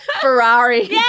Ferrari